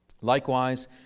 Likewise